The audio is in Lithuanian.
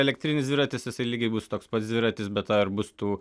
elektrinis dviratis jisai lygiai bus toks pats dviratis bet ar bus tų